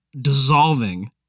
dissolving